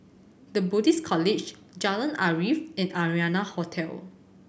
The Buddhist College Jalan Arif and Arianna Hotel